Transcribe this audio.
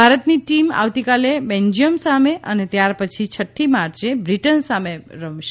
ભારતની ટીમ આવતીકાલે બેન્જીયમ સામે અને ત્યાર પછી છઠ્ઠી માર્યે બ્રિટન સામે મેચ રમશે